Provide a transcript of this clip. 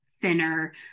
thinner